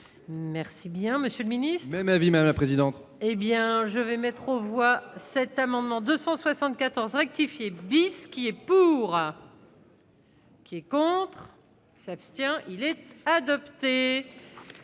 C'est bien, Monsieur le Ministre, même avis madame la présidente, hé bien je vais mettre aux voix cet amendement 274 rectifié bis qui est pour. Qui est contre. S'abstient, il est adopté,